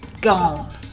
Gone